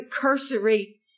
cursory